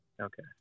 Okay